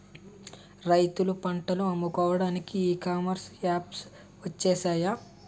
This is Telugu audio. రైతులు పంటలు అమ్ముకోవడానికి ఈ కామర్స్ యాప్స్ వచ్చేసాయి